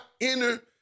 enter